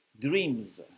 dreams